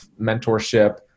mentorship